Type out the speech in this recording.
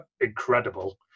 incredible